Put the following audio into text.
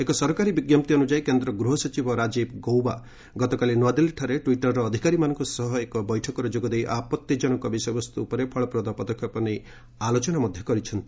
ଏକ ସରକାରୀ ବିଞ୍ଜପ୍ତି ଅନୁଯାୟୀ କେନ୍ଦ୍ର ଗୃହ ସଚିବ ରାଜୀବ ଗୌବା ଗତକାଲି ନୂଆଦିଲ୍ଲୀଠାରେ ଟ୍ୱିଟର୍ର ଅଧିକାରୀମାନଙ୍କ ସହ ଏକ ବୈଠକରେ ଯୋଗ ଦେଇ ଆପଭିଜନକ ବିଷୟବସ୍ତୁ ଉପରେ ଫଳପ୍ରଦ ପଦକ୍ଷେପ ନେଇ ଆଲୋଚନା କରିଛନ୍ତି